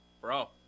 bro